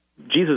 Jesus